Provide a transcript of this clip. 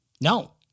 No